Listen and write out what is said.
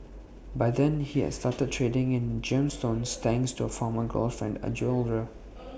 by then he had started trading in gemstones thanks to A former girlfriend A